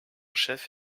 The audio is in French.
chef